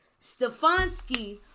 Stefanski